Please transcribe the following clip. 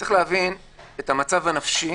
צריך להבין את המצב הנפשי